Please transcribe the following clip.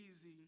easy